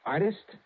Artist